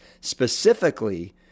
specifically